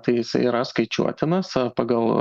tai jis yra skaičiuotinas pagal